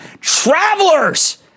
Travelers